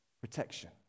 protection